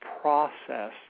process